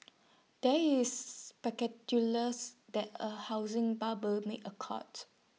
there is that A housing bubble may occurred